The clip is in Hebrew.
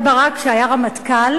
כשאהוד ברק היה רמטכ"ל,